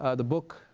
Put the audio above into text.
ah the book,